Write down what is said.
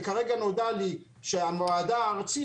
וכרגע נודע לי שהמועצה הארצית,